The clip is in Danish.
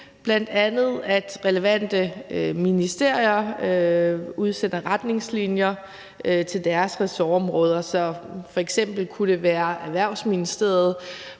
ting, bl.a. at relevante ministerier udstikker retningslinjer til deres ressortområder. Det kunne f.eks. være Erhvervsministeriet,